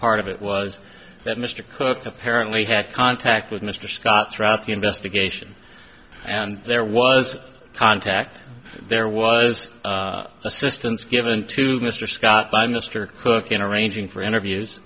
part of it was that mr cooke apparently had contact with mr scott throughout the investigation and there was contact there was assistance given to mr scott by mr cooke in arranging for interviews